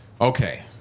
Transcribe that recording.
Okay